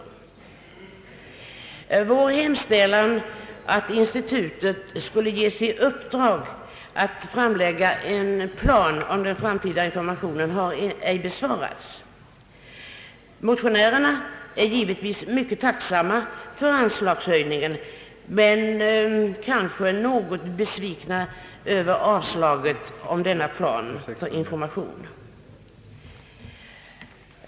Motionärernas hemställan att institutet skulle ges i uppdrag att framlägga en plan om den framtida informationen har ej tillstyrkts. Motionärerna är givetvis mycket tacksamma för anslagshöjningen, men kanske något besvikna över avslaget beträffande en plan för informationen.